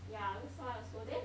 ya this one also then